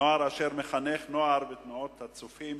נוער אשר מחנך נוער בתנועת "הצופים"